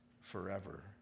forever